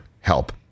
help